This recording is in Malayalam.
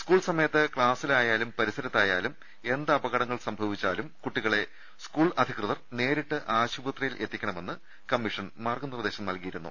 സ് കൂൾ സമയത്ത് ക്ലാസിലായാലും പരിസരത്തായാലും എന്ത് അപകടങ്ങൾ സംഭവിച്ചാലും കുട്ടികളെ സ് കൂൾ അധികൃതർ നേരിട്ട് ആശുപത്രിയിലെത്തിക്കണമെന്ന് കമ്മീഷൻ മാർഗനിർദേശം നൽകിയിരുന്നു